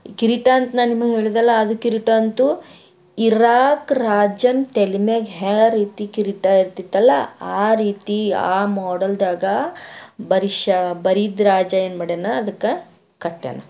ಕಿರೀಟ ಅಂತ ನಾ ನಿಮಗೆ ಹೇಳಿದ್ದಲ್ಲ ಅದು ಕಿರೀಟ ಅಂತೂ ಇರಾಕ್ ರಾಜನ ತಲೆ ಮ್ಯಾಗೆ ಯಾವ ರೀತಿ ಕಿರೀಟ ಇರ್ತಿತ್ತಲ ಆ ರೀತಿ ಆ ಮಾಡಲ್ದಾಗ ಬರೀದ್ ಶಾ ಬರೀದ್ ರಾಜ ಏನು ಮಾಡ್ಯಾನ ಅದಕ್ಕೆ ಕಟ್ಯಾನ